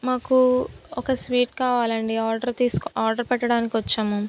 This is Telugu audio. మాకు ఒక స్వీట్ కావాలండి ఆర్డర్ తీస్కో ఆర్డర్ పెట్టడానికి వచ్చాము